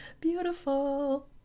Beautiful